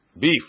beef